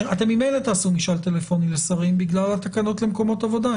אתם ממילא תעשו משאל טלפוני לשרים בגלל התקנות למקומות עבודה,